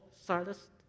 Silas